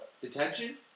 detention